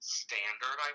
standard